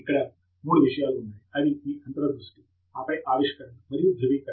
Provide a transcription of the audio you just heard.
ఇక్కడ మూడు విషయాలు ఉన్నాయి అవి మీ అంతర్ దృష్టి ఆపై ఆవిష్కరణ మరియు ధ్రువీకరణ